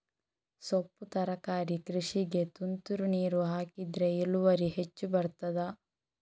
ಸೊಪ್ಪು ತರಕಾರಿ ಕೃಷಿಗೆ ತುಂತುರು ನೀರು ಹಾಕಿದ್ರೆ ಇಳುವರಿ ಹೆಚ್ಚು ಬರ್ತದ?